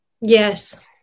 Yes